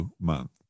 month